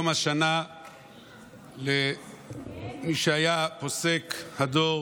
יום השנה למי שהיה פוסק הדור